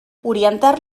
orientar